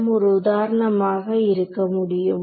ஒரு உதாரணமாக இருக்க முடியுமா